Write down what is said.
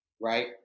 right